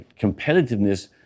competitiveness